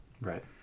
Right